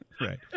Right